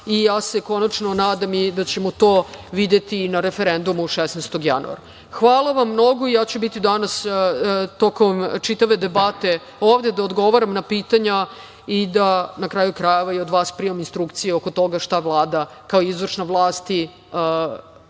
i ja se konačno nadam i da ćemo to videti i na referendumu 16. januara. Hvala vam mnogo. Biću danas tokom čitave debate ovde da odgovaram na pitanja i da, na kraju krajeva, i od vas primam instrukcije šta Vlada, kao izvršna vlast